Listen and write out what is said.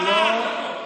לא, לא.